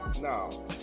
No